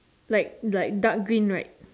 like like dark green right